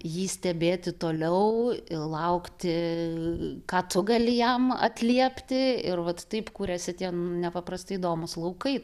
jį stebėti toliau ir laukti ką tu gali jam atliepti ir vat taip kuriasi tie nepaprastai įdomūs laukai